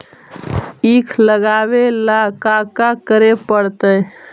ईख लगावे ला का का करे पड़तैई?